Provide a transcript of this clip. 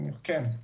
אני חושב שכן.